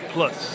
Plus